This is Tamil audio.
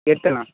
எடுத்துடலாம்